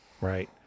right